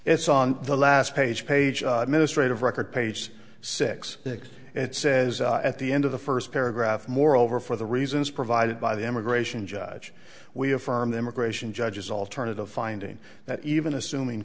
it's on the last page page ministry of record page six it says at the end of the first paragraph moreover for the reasons provided by the immigration judge we affirm the immigration judges alternative finding that even assuming